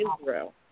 Israel